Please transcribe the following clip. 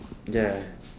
ya